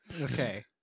Okay